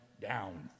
down